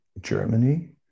Germany